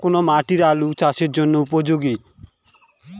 কোন মাটি আলু চাষের জন্যে উপযোগী?